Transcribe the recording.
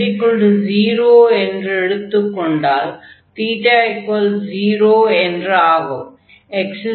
x0 என்று எடுத்துக் கொண்டால் 0 என்று ஆகும்